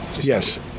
Yes